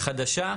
חדשה,